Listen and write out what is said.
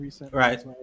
right